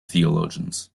theologians